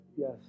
yes